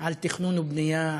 על תכנון ובנייה,